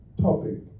topic